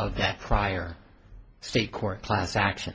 of the prior state court class action